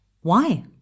Why